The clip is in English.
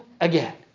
again